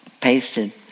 pasted